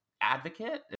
advocate